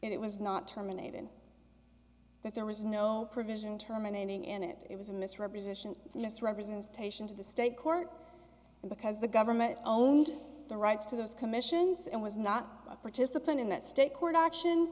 else it was not terminated that there was no provision terminating in it was a misrepresentation misrepresentation to the state court and because the government owned the rights to those commissions and was not a participant in that state court action